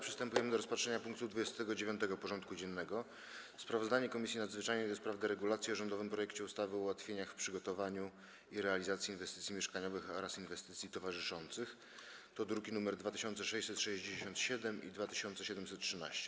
Przystępujemy do rozpatrzenia punktu 29. porządku dziennego: Sprawozdanie Komisji Nadzwyczajnej o rządowym projekcie ustawy o ułatwieniach w przygotowaniu i realizacji inwestycji mieszkaniowych oraz inwestycji towarzyszących (druki nr 2667 i 2713)